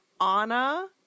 Anna